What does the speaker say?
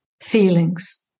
feelings